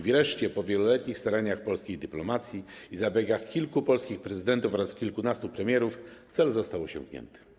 Wreszcie po wieloletnich staraniach polskiej dyplomacji i zabiegach kilku polskich prezydentów oraz kilkunastu premierów cel został osiągnięty.